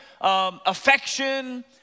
affection